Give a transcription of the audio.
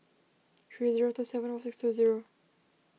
three zero two seven one six two zero